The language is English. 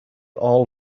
all